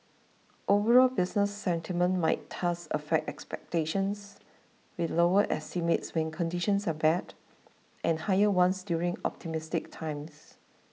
overall business sentiment might thus affect expectations with lower estimates when conditions are bad and higher ones during optimistic times